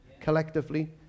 collectively